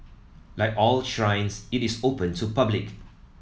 like all shrines it is open to public